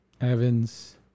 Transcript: Evans